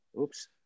oops